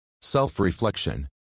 Self-reflection